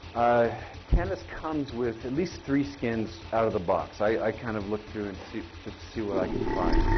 canvas comes with at least three skins out of the box. i kind of looked through and see, just to see what i could find.